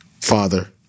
Father